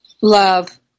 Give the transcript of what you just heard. love